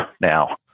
Now